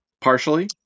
Partially